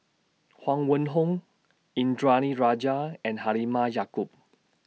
Huang Wenhong Indranee Rajah and Halimah Yacob